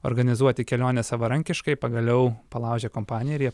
organizuoti keliones savarankiškai pagaliau palaužė kompaniją ir jie